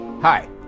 Hi